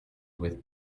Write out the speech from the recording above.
with